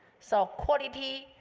so quality,